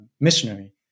missionary